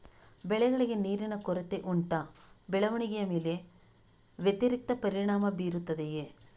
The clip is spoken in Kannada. ಬೆಳೆಗಳಿಗೆ ನೀರಿನ ಕೊರತೆ ಉಂಟಾ ಬೆಳವಣಿಗೆಯ ಮೇಲೆ ವ್ಯತಿರಿಕ್ತ ಪರಿಣಾಮಬೀರುತ್ತದೆಯೇ?